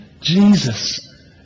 Jesus